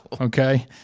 Okay